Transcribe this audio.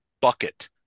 bucket